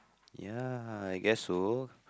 ya I guess so